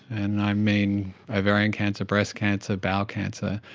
and i mean ovarian cancer, breast cancer, bowel cancer.